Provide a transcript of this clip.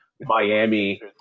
Miami